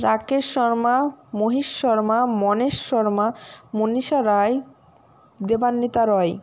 Rakesh Sharma Mahesh Sharma Manesh Sharma Manisha Roy Debanwita Roy